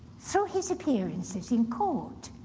so his appearances in court,